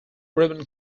ribbon